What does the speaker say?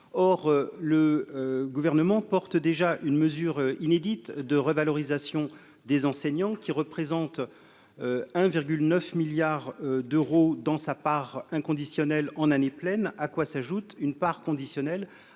or le gouvernement porte déjà une mesure inédite de revalorisation des enseignants qui représente 1 virgule 9 milliards d'euros dans sa part inconditionnel en année pleine, à quoi s'ajoute une part conditionnel à